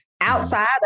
Outside